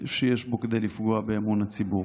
שיש בו כדי לפגוע באמון הציבור.